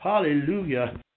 Hallelujah